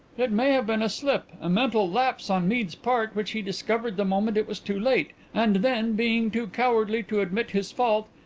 it may have been a slip, a mental lapse on mead's part which he discovered the moment it was too late, and then, being too cowardly to admit his fault,